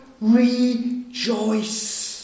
Rejoice